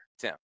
Tim